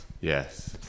yes